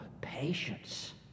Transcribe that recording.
patience